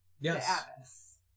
Yes